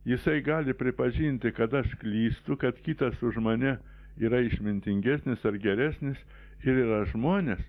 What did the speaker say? jisai gali pripažinti kad aš klystu kad kitas už mane yra išmintingesnis ar geresnis ir yra žmonės